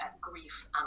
grief